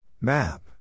Map